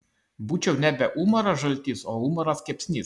būčiau nebe umaras žaltys o umaras kepsnys